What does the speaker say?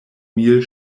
mil